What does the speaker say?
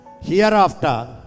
Hereafter